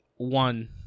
one